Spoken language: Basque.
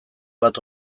bat